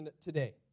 today